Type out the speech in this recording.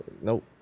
Nope